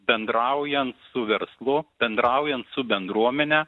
bendraujant su verslu bendraujant su bendruomene